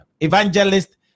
Evangelist